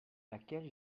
laquelle